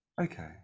okay